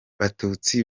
batutsi